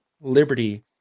Liberty